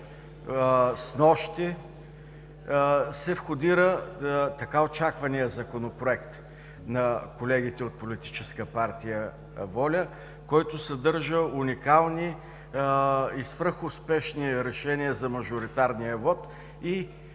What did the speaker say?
снощи се входира така очакваният Законопроект на колегите от Политическа партия „Воля“, който съдържа уникални и свръхуспешни решения за мажоритарния вот?